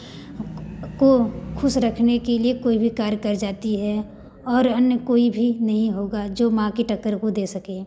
को खुश रखने के लिए कोई भी कार्य कर जाती है और अन्य कोई भी नहीं होगा जो माँ की टक्कर को दे सके